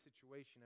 situation